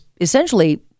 essentially